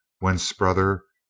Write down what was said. whence, brother?